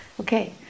Okay